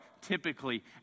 typically